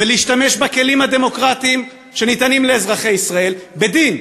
ולהשתמש בכלים הדמוקרטיים שניתנים לאזרחי ישראל בדין,